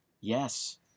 Yes